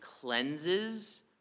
cleanses